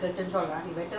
ya I miss them